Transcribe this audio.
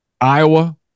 Iowa